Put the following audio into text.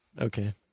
Okay